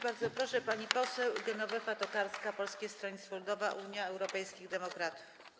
Bardzo proszę, pani poseł Genowefa Tokarska, Polskie Stronnictwo Ludowe - Unia Europejskich Demokratów.